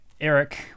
Eric